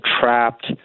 trapped